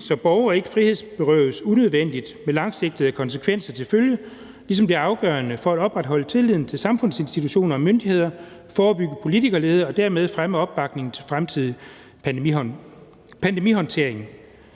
så borgere ikke frihedsberøves unødvendigt med langsigtede konsekvenser til følge, ligesom det er afgørende for at opretholde tilliden til samfundsinstitutioner og myndigheder, forebygge politikerlede og dermed fremme opbakning til fremtidige pandemihåndteringer.